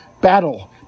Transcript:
battle